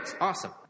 awesome